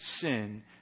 sin